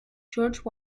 george